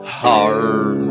hard